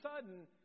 sudden